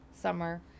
summer